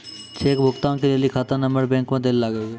cheque भुगतान के लेली खाता नंबर बैंक मे दैल लागतै